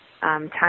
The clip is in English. time